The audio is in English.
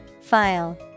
File